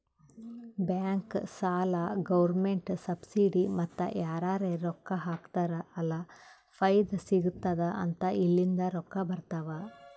bank, ಸಾಲ, government subsidy ಮತ್ತ ಯಾರರೇ ರೊಕ್ಕಾ ಹಾಕ್ತಾರ್ ಅಲ್ಲ ಫೈದಾ ಸಿಗತ್ತುದ್ ಅಂತ ಇಲ್ಲಿಂದ್ ರೊಕ್ಕಾ ಬರ್ತಾವ್